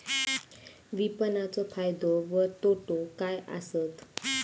विपणाचो फायदो व तोटो काय आसत?